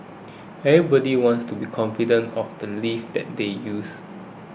everybody wants to be confident of the lifts that they use